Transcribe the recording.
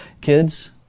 Kids